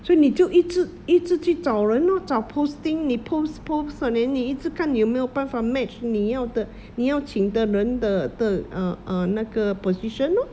所以你就一直一直去找人 lor 找 posting 你 post post 了 then 你一直看你有没有办法 match 你要的你要请的人的的 uh uh 那个 position lor